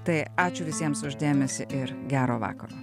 tai ačiū visiems už dėmesį ir gero vakaro